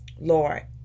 lord